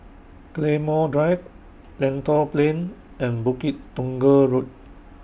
Claymore Drive Lentor Plain and Bukit Tunggal Road